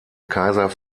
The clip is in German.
kaiser